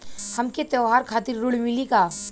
हमके त्योहार खातिर ऋण मिली का?